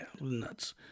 nuts